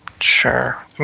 sure